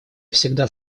всегда